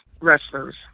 wrestlers